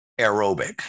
aerobic